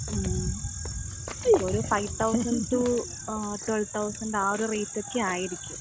മ് അപ്പോൾ ഒരു five thousand to twelve thousand ആ ഒരു റേറ്റൊക്കെ ആയിരിക്കും